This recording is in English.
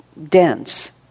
dense